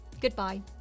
goodbye